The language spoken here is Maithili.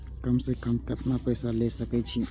कम से कम केतना पैसा ले सके छी?